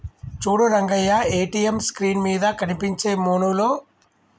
చూడు Rangaiah ATM screen మీద కనిపించే మెనూలో ఉండే ఫర్గాట్ పిన్ అనేదాన్ని ఎంచుకొని సేసుకోవాలి